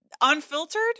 unfiltered